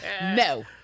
no